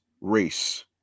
Race